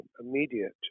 immediate